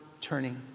turning